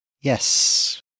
Yes